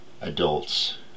adults